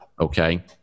okay